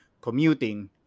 commuting